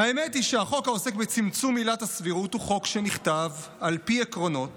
האמת היא שהחוק העוסק בצמצום עילת הסבירות הוא חוק שנכתב על פי עקרונות